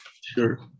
Sure